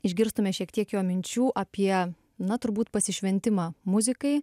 išgirstume šiek tiek jo minčių apie na turbūt pasišventimą muzikai